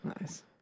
Nice